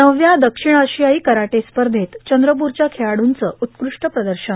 नवव्या दक्षिण आशियाई कराटे स्पर्धेत चंद्रपूरच्या खेळाडूंचं उत्कृष्ट प्रदर्शन